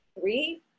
three